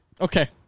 Okay